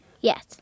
Yes